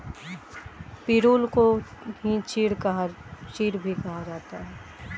पिरुल को ही चीड़ भी कहा जाता है